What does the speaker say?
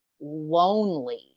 lonely